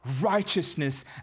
righteousness